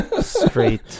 straight